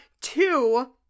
Two